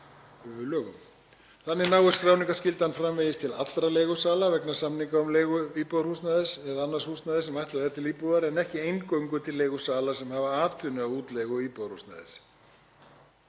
Þannig nái skráningarskyldan framvegis til allra leigusala vegna samninga um leigu íbúðarhúsnæðis eða annars húsnæðis sem ætlað er til íbúðar, en ekki eingöngu til leigusala sem hafa atvinnu af útleigu íbúðarhúsnæðis.